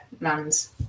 lands